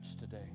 today